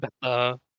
Better